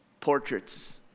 portraits